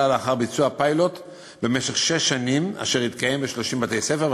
לאחר ביצוע פיילוט במשך שש שנים ב-30 בתי-ספר.